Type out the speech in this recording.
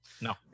No